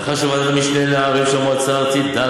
לאחר שוועדת המשנה לעררים של המועצה הארצית דנה